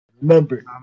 Remember